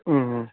ம் ம்